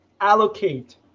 allocate